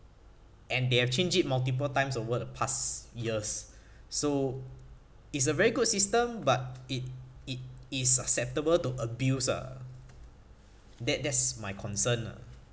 and they have change it multiple times over the past years so it's a very good system but it it is susceptible to abuse ah that that's my concern ah